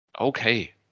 Okay